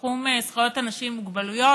בתחום זכויות אנשים עם מוגבלויות.